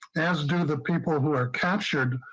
as dean of the people who are captured.